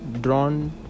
Drawn